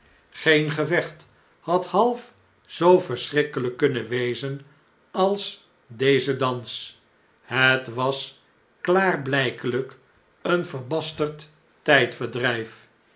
geen gevecht had half zoo verscbrikkelijk kunnen wezen als deze dans het was klaarblpeljjk een verbasterd